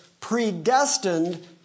predestined